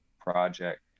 project